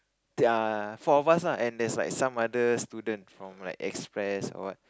ya four of us lah and there's like some other student from like express or what